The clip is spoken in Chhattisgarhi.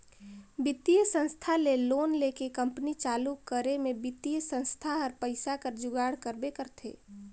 बित्तीय संस्था ले लोन लेके कंपनी चालू करे में बित्तीय संस्था हर पइसा कर जुगाड़ करबे करथे